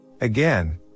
Again